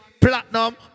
Platinum